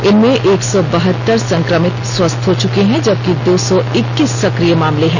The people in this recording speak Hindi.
इनमें एक सौ बहतर संक्रमित स्वस्थ हो चुके हैं जबकि दो सौ इक्कीस सक्रिय मामले हैं